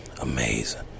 amazing